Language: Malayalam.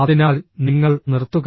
അതിനാൽ നിങ്ങൾ നിർത്തുക